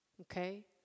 okay